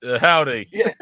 howdy